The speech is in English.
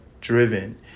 driven